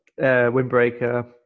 Windbreaker